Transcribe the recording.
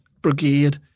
brigade